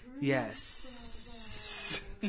Yes